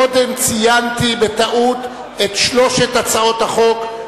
קודם ציינתי בטעות את שלושת הצעות החוק.